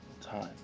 time